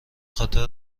خاطر